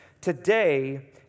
Today